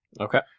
Okay